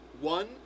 One